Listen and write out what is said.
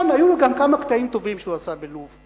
כן, היו לו גם כמה קטעים טובים שהוא עשה בלוב.